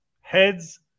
heads